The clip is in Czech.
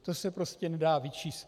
To se prostě nedá vyčíst.